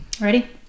Ready